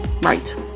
Right